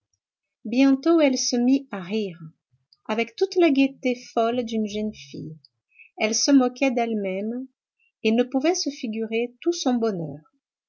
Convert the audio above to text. bientôt elle se mit à rire avec toute la gaieté folle d'une jeune fille elle se moquait d'elle-même et ne pouvait se figurer tout son bonheur